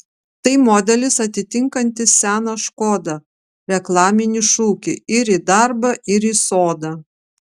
tai modelis atitinkantis seną škoda reklaminį šūkį ir į darbą ir į sodą